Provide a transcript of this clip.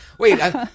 Wait